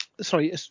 sorry